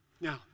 Now